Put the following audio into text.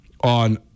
on